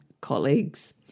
colleagues